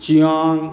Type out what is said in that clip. च्याँग